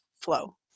flow